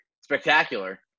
spectacular